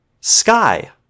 Sky